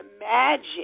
imagine